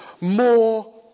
more